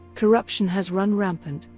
corruption has run rampant,